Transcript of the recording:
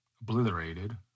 obliterated